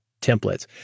templates